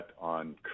on